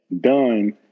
done